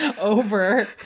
over